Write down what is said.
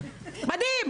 מדהים,